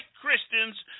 Christians